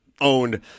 owned